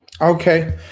okay